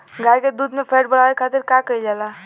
गाय के दूध में फैट बढ़ावे खातिर का कइल जाला?